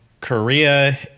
Korea